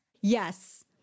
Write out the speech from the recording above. Yes